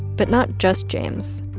but not just james.